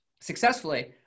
Successfully